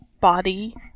body